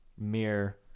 mirror